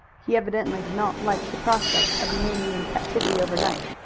he evidently did not like the prospect of remaining in captivity overnight.